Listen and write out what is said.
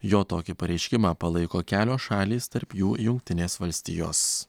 jo tokį pareiškimą palaiko kelios šalys tarp jų jungtinės valstijos